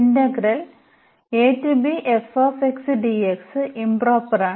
integral ഇംപ്റോപറാണ്